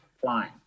flying